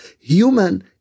human